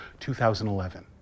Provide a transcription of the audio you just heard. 2011